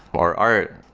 or art,